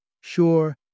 Sure